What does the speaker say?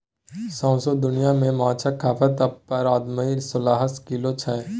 सौंसे दुनियाँ मे माछक खपत पर आदमी सोलह किलो छै